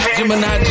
Gemini